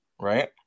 right